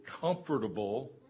comfortable